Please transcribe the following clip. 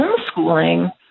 homeschooling